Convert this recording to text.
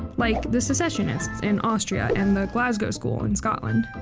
like the secessionists in austria and the glasgow school in scotland.